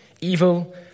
evil